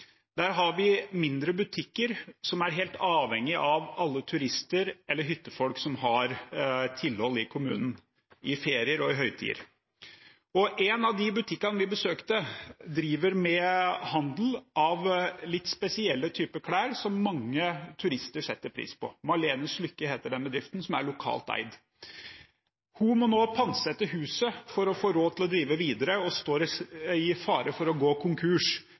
Der har de mindre butikker som er helt avhengige av alle hyttefolkene som har tilhold i kommunen i ferier og i høytider. Og en av de butikkene vi besøkte, driver med handel av en litt spesiell type klær som mange turister setter pris på. Marlenes lykke, heter den bedriften, som er lokalt eid. Hun må nå pantsette huset for å få råd til å drive videre og står i fare for å gå konkurs.